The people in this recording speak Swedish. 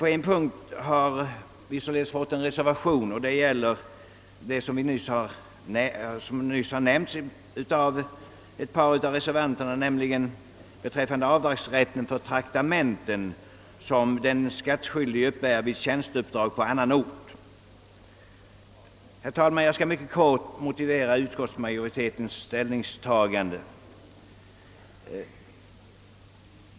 På en punkt har det dock avgivits en reservation, nämligen beträffande avdragsrätten för traktamenten som den skattskyldige uppbär för tjänsteuppdrag på annan ort. Jag skall här mycket kort motivera utskottsmajoritetens ställningstagande.